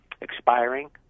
expiring